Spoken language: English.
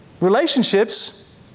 relationships